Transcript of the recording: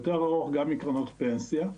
יותר ארוך גם מקרנות הפנסיה.